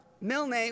Milne